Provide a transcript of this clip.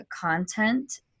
content